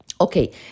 Okay